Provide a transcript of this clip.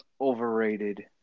overrated